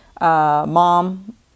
mom